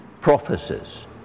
prophecies